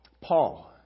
Paul